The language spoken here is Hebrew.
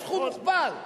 הסכום הוכפל.